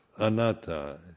anatta